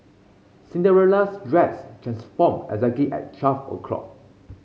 Cinderella's dress transformed exactly at twelve o'clock